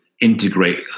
integrate